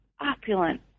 opulent